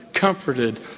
comforted